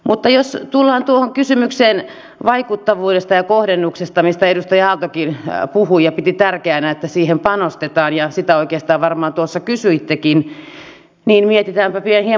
mutta jos tullaan tuohon kysymykseen vaikuttavuudesta ja kohdennuksesta mistä edustaja aaltokin puhui ja piti tärkeänä että siihen panostetaan ja sitä oikeastaan varmaan tuossa kysyittekin niin mietitäänpä hieman tuota historiaa